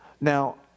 Now